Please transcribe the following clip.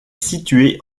situé